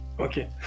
Okay